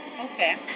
Okay